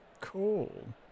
Cool